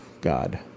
God